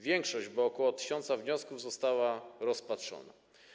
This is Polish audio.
Większość, bo ok. 1 tys., wniosków została rozpatrzona.